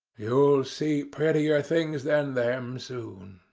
you'll see prettier things than them soon,